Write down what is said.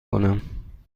کنم